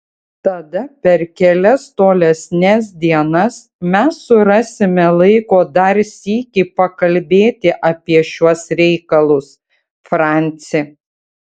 tada per kelias tolesnes dienas mes surasime laiko dar sykį pakalbėti apie šiuos reikalus franci